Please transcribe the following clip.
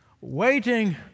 waiting